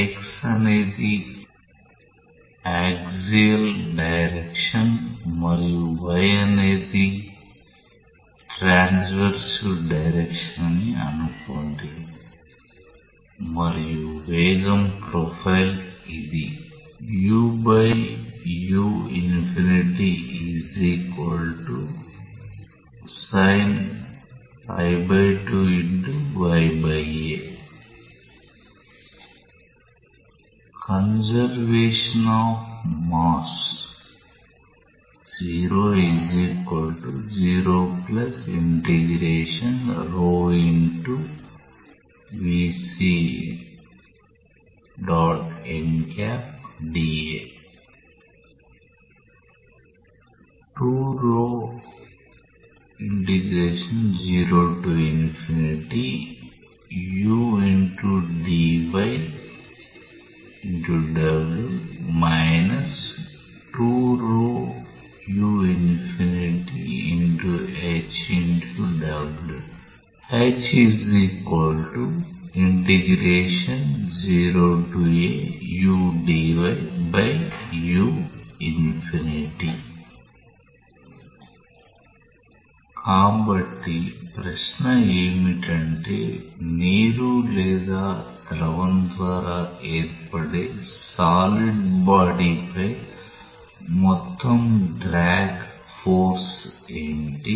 x అనేది axial direction మరియు y అనేది ట్రావెర్స్ డైరెక్షన్ అని అనుకోండి మరియు వేగం ప్రొఫైల్ ఇది కన్సర్వేషన్ అఫ్ మాస్ కాబట్టి ప్రశ్న ఏమిటంటే నీరు లేదా ద్రవం ద్వారా ఏర్పడే సాలిడ్ బాడీ పై మొత్తం డ్రాగ్ ఫోర్స్ ఏమిటి